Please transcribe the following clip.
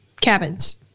cabins